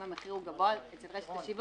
אם המחיר הוא גבוה אצל רשת השיווק,